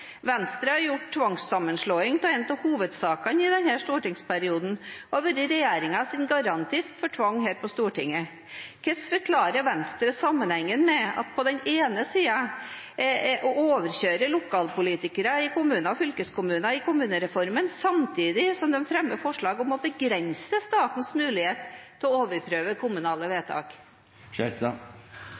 Venstre har gjort tvangssammenslåing til en av hovedsakene i denne stortingsperioden og vært regjeringens garantist for tvang her på Stortinget. Hvordan forklarer Venstre sammenhengen når de overkjører lokalpolitikere i kommuner og fylkeskommuner i kommunereformen, samtidig som de fremmer forslag om å begrense statens mulighet til å overprøve kommunale